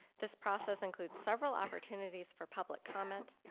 this process includes several opportunities for public comment,